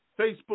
Facebook